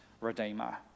redeemer